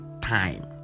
time